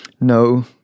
No